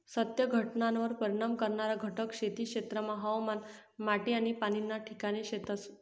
सत्य घटनावर परिणाम करणारा घटक खेती क्षेत्रमा हवामान, माटी आनी पाणी ना ठिकाणे शेतस